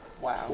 Wow